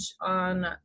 on